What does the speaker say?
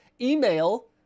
email